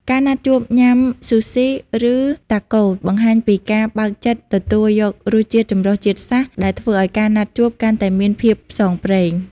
ការណាត់ជួបញ៉ាំ Sushi ឬ Taco បង្ហាញពីការបើកចិត្តទទួលយករសជាតិចម្រុះជាតិសាសន៍ ដែលធ្វើឱ្យការណាត់ជួបកាន់តែមានភាពផ្សងព្រេង។